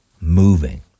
moving